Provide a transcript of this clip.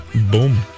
Boom